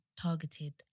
targeted